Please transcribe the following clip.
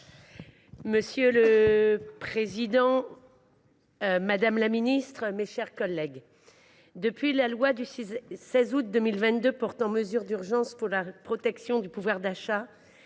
Monsieur le président, madame la ministre, mes chers collègues, depuis la loi du 16 août 2022 portant mesures d’urgence pour la protection du pouvoir d’achat,